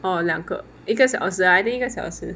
or 两个一个小时 I think 一个小时